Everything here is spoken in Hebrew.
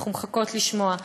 אנחנו מחכות לשמוע.